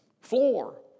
floor